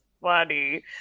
funny